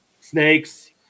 snakes